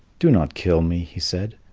do not kill me, he said,